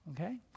okay